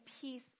peace